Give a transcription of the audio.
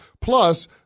Plus